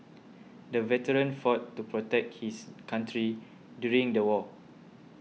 the veteran fought to protect his country during the war